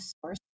source